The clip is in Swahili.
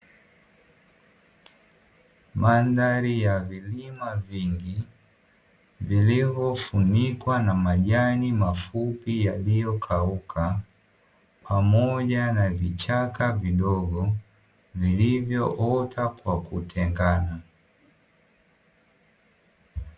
Mandhari ya vilima vingi, vilivyofunikwa na majani mafupi yaliyokauka, pamoja na vichaka vidogo vilivyoota kwa kutengana.